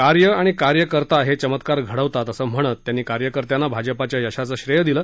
कार्य आणि कार्यकर्ता हे चमत्कार घडवतात असं म्हणत त्यांनी कार्यकर्त्यांना भाजपच्या यशाचं श्रेयं दिलं